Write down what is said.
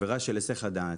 עבירה של היסח הדעת,